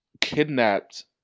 kidnapped